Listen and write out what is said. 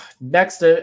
Next